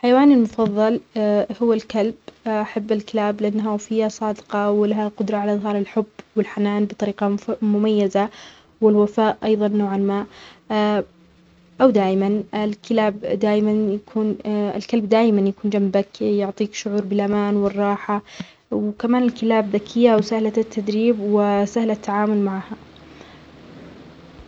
حيوانى المفظل هو الكلب، أحب الكلاب لأنها وفقة وصادقة ولها القدرة على إظهار الحب والحنان بطريقة مف-مميزة والوفاء أيظا نوعا ما أو دائما الكلاب دايما يكون الكلب دايما يكون جمبك يعطيك شعور بالأمان والراحة، وكمان الكلاب ذكية وسهلة التدريب وسهل التعامل معاها.